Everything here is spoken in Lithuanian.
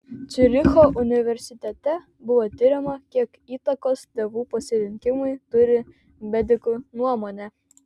ciuricho universitete buvo tiriama kiek įtakos tėvų pasirinkimui turi medikų nuomonė